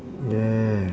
yeah